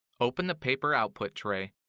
open the paper output tray